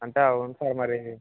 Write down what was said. అంటే అవును సార్ మరి